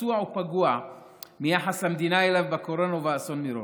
הפצוע ופגוע מיחס המדינה אליו בקורונה ובאסון מירון.